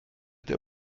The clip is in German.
der